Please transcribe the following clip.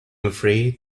afraid